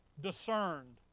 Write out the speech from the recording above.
discerned